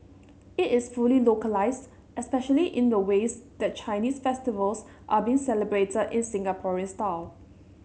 it is fully localised especially in the ways that Chinese festivals are being celebrated in Singaporean style